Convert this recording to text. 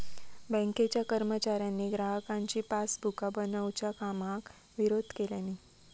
बँकेच्या कर्मचाऱ्यांनी ग्राहकांची पासबुका बनवच्या कामाक विरोध केल्यानी